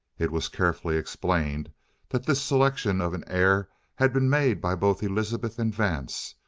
it was carefully explained that this selection of an heir had been made by both elizabeth and vance,